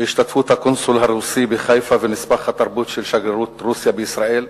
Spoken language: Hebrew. בהשתתפות הקונסול הרוסי בחיפה ונספח התרבות של שגרירות רוסיה בישראל.